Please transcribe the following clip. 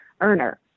earner